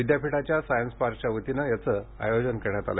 विद्यापीठाच्या सायन्स पार्कच्या वतीनं याचं आयोजन करण्यात आलं